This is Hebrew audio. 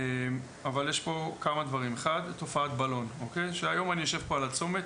אבל יש כאן כמה דברים: (1) תופעת בלון היום אני יושב פה על הצומת,